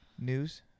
news